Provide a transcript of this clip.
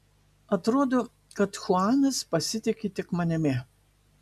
atrodo kad chuanas pasitiki tik manimi